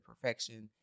perfection